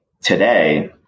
today